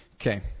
Okay